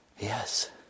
Yes